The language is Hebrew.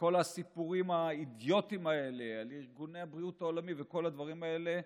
וכל הסיפורים האידיוטיים האלה על ארגון הבריאות העולמי וכל הדברים האלה,